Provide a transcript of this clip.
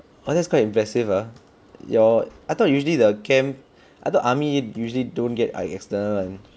oh that's quite impressive ah your I thought usually the camp I thought army usually don't get ah external [one]